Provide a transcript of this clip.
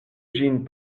ĝin